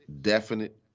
definite